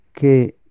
che